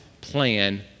plan